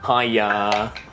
Hiya